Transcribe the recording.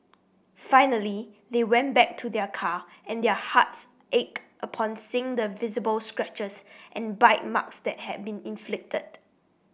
finally they went back to their car and their hearts ached upon seeing the visible scratches and bite marks that had been inflicted